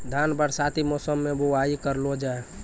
धान बरसाती मौसम बुवाई करलो जा?